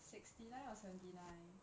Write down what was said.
sixty nine or seventy nine